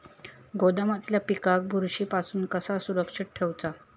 गोदामातल्या पिकाक बुरशी पासून कसा सुरक्षित ठेऊचा?